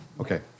Okay